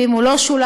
ואם הוא לא שולם,